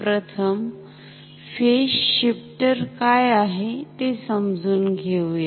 प्रथम phase shifter काय आहे ते समजून घेऊया